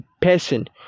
person